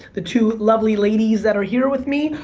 the two lovely ladies that are here with me,